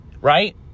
Right